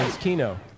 Kino